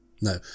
No